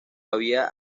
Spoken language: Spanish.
había